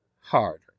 harder